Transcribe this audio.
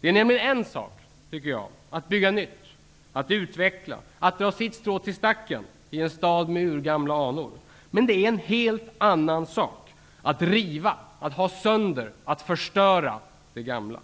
Det är en sak att bygga nytt, att utveckla och att dra sitt strå till stacken i en stad med urgamla anor. Men det är en helt annan sak att riva, att ha sönder och att förstöra det gamla.